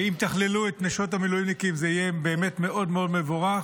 אם תכללו את נשות המילואימניקים זה יהיה באמת מאוד מאוד מבורך,